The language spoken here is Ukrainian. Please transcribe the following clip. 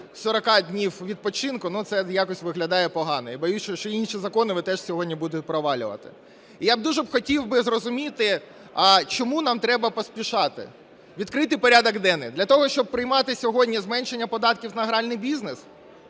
40 днів відпочинку, це якось виглядає погано. Я боюсь, що інші закони ви теж сьогодні будете провалювати. Я б дуже хотів би зрозуміти, чому нам треба поспішати. Відкрийте порядок денний. Для того, щоб приймати сьогодні зменшення податків на гральний бізнес?